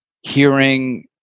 hearing